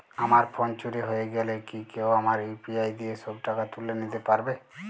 আমার ফোন চুরি হয়ে গেলে কি কেউ আমার ইউ.পি.আই দিয়ে সব টাকা তুলে নিতে পারবে?